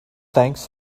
thanks